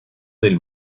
del